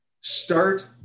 start